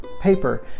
paper